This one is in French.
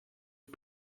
est